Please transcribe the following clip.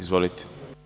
Izvolite.